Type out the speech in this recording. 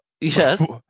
Yes